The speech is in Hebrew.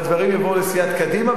והדברים יובאו לסיעת קדימה,